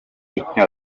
inyota